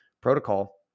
protocol